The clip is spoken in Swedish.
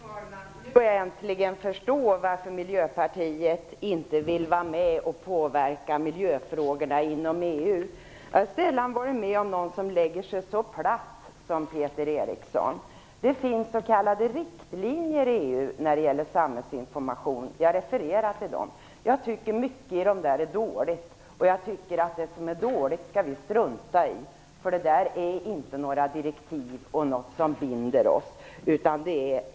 Fru talman! Nu börjar jag äntligen förstå varför Miljöpartiet inte vill vara med och påverka miljöfrågorna inom EU. Jag har sällan varit med om att någon har lagt sig så platt som Peter Eriksson gör. Det finns s.k. riktlinjer i EU när det gäller samhällsinformation, och jag refererade till dem. Jag tycker att mycket i dem är dåligt, och det som är dåligt skall vi strunta i. Det är inte direktiv som binder oss.